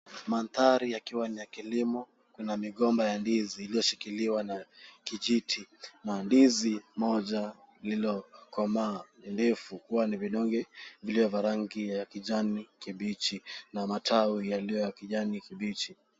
Mandhari yakiwa ni ya kilimo. Kuna migomba ya ndizi iliyoshikiliwa na kijiti. Kuna ndizi moja lililokomaa ndefu, huwa na vidonge vilivyo na rangi ya kijani kibichi na matawi yaliyo ya kijani kibichi.